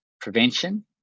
prevention